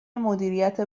مدیریت